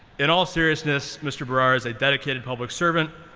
in all seriousness, mr. bharara is a dedicated public servant,